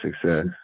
success